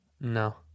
No